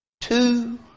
two